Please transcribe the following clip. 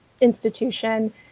institution